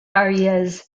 arias